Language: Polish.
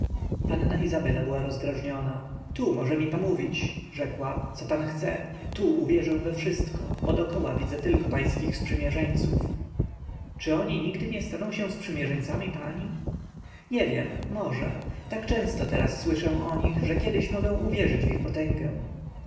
panna izabela była rozdrażniona tu może mi pan mówić rzekła co pan chce tu uwierzę we wszystko bo dokoła widzę tylko pańskich sprzymierzeńców czy oni nigdy nie staną się sprzymierzeńcami pani nie wiem może tak często teraz słyszę o nich że kiedyś mogę uwierzyć w ich potęgę